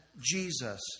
Jesus